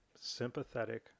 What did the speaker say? sympathetic